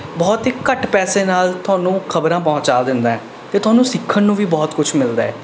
ਬਹੁਤ ਹੀ ਘੱਟ ਪੈਸੇ ਨਾਲ਼ ਤੁਹਾਨੂੰ ਖਬਰਾਂ ਪਹੁੰਚਾ ਦਿੰਦਾ ਹੈ ਅਤੇ ਤੁਹਾਨੂੰ ਸਿੱਖਣ ਨੂੰ ਵੀ ਬਹੁਤ ਕੁੱਛ ਮਿਲਦਾ ਹੈ